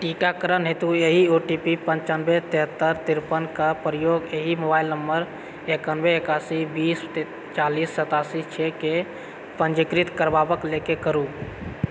टीकाकरण हेतु एहि ओ टी पी पंचानबे तिहत्तर तिरेपन कऽ प्रयोग एहि मोबाइल नंबर एकानबे एकासी बीस चालीस सत्तासी छओ केँ पञ्जीकृत करबाक लेल करू